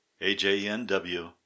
AJNW